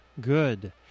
Good